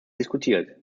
diskutiert